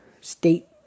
state